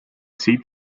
seat